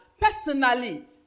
personally